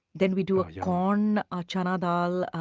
then we do a corn ah chana dal,